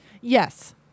Yes